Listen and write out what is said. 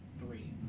three